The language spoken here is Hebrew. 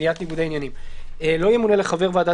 "מניעת ניגודי עניינים 3.(א)לא ימונה לחבר ועדה